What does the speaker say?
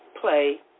play